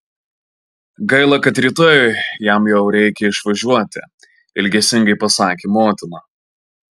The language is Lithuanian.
gaila kad rytoj jam jau reikia išvažiuoti ilgesingai pasakė motina